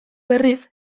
berriz